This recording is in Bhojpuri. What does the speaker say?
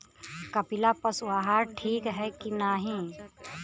कपिला पशु आहार ठीक ह कि नाही?